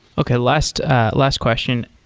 okay, last ah last question.